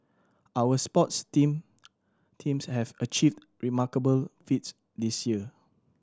our sports team teams have achieved remarkable feats this year